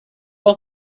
are